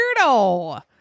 weirdo